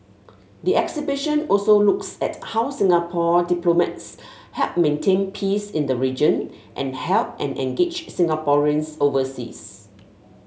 the exhibition also looks at how Singapore diplomats help maintain peace in the region and help and engage Singaporeans overseas